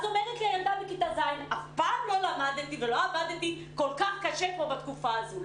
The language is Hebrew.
הילדה בכיתה ז' אמרה לי: אף פעם לא למדתי כל כך קשה כמו בתקופה הזו,